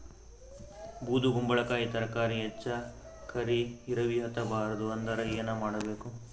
ಬೊದಕುಂಬಲಕಾಯಿ ತರಕಾರಿ ಹೆಚ್ಚ ಕರಿ ಇರವಿಹತ ಬಾರದು ಅಂದರ ಏನ ಮಾಡಬೇಕು?